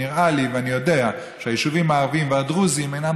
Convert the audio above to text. נראה לי ואני יודע שהיישובים הערביים והדרוזיים אינם